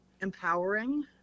empowering